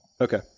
Okay